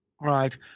right